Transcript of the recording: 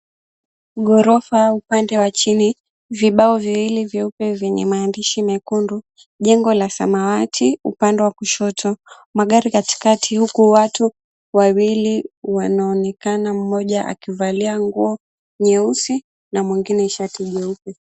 Ghorofa upande wa chini, vibao viwili vyeupe vyenye maandishi mekundu, jengo la samawati upande wa kushoto, magari katikati huku watu wawili wanaonekana mmoja akivalia nguo nyeusi na mwingine shati jeupe.